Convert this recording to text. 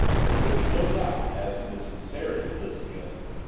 there could be no doubt as to the sincerity of lizzie's answer.